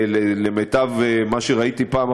למיטב מה שראיתי בפעם האחרונה,